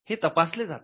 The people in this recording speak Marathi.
हे तपासले जाते